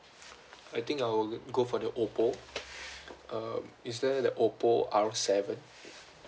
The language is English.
I think I would go for the Oppo um is there the Oppo R seven